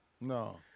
No